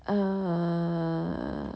err